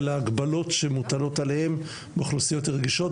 על ההגבלות שמוטלות עליהם באוכלוסיות הרגישות,